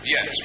Yes